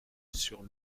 sur